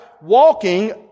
walking